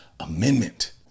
Amendment